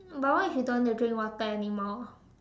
but what if you don't want to drink water anymore